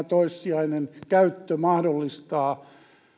toissijainen käyttö mahdollistaa